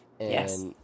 Yes